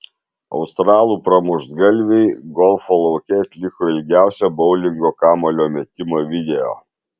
australų pramuštgalviai golfo lauke atliko ilgiausią boulingo kamuolio metimą video